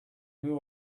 who